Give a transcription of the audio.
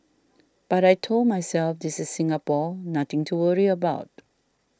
but I told myself this is Singapore nothing to worry about